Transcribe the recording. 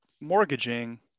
mortgaging